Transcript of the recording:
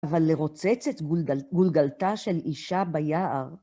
אבל לרוצץ את גולגלתה של אישה ביער.